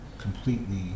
completely